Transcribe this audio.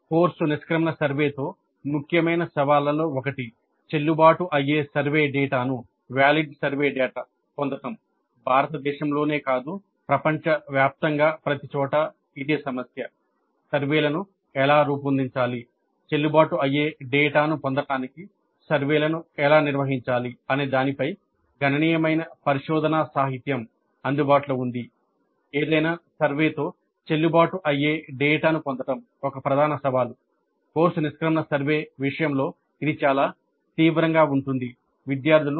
course నిష్క్రమణ సర్వేతో ముఖ్యమైన సవాళ్లలో ఒకటి చెల్లుబాటు అయ్యే సర్వే డేటాను చేయడం ద్వారా దీనిని తొలగించవచ్చు